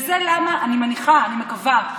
וזה למה, אני מניחה, אני מקווה,